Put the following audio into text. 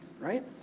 right